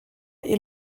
est